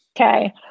Okay